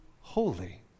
holy